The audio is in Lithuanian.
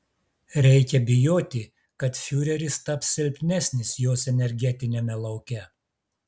reikia bijoti kad fiureris taps silpnesnis jos energetiniame lauke